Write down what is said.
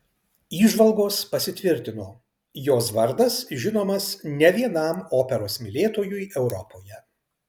įžvalgos pasitvirtino jos vardas žinomas ne vienam operos mylėtojui europoje